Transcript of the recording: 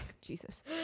Jesus